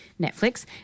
Netflix